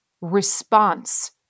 response